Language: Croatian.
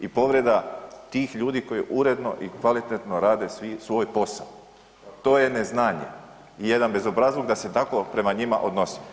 I povreda tih ljudi koji uredno i kvalitetno rade svoj posao, to je neznanje i jedan bezobrazluk da se tako prema njima odnosi.